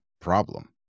problem